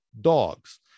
dogs